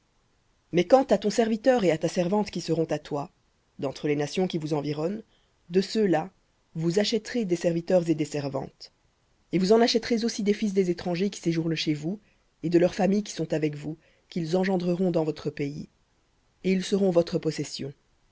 mais quant à ton serviteur et à ta servante qui seront à toi d'entre les nations qui vous environnent de ceux-là vous achèterez des serviteurs et des servantes et vous en achèterez aussi des fils des étrangers qui séjournent chez vous et de leurs familles qui sont avec vous qu'ils engendreront dans votre pays et ils seront votre possession